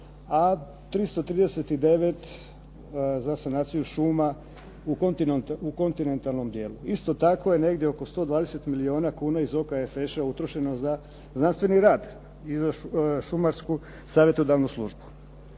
a 339 za sanaciju šuma u kontinentalnog dijelu. Isto tako je negdje oko 120 milijuna kuna iz OKFŠ-a utrošeno za znanstveni rada i za šumarsku savjetodavnu službu.